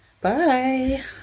bye